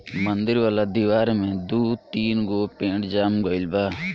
मंदिर वाला दिवार में दू तीन गो पेड़ जाम गइल बा